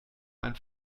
ein